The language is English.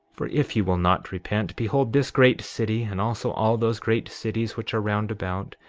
for if ye will not repent, behold, this great city, and also all those great cities which are round about,